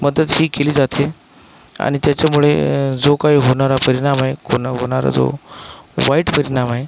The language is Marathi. मदत ही केली जाते आणि त्याच्यामुळे जो काही होणारा परिणाम आहे कोणावर होणारा जो वाईट परिणाम आहे